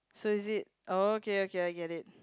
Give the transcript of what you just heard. so is it okay okay I get it